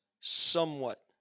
somewhat